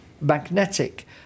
magnetic